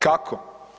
Kako?